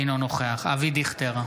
אינו נוכח אבי דיכטר,